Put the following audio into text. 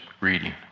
reading